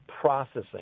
processing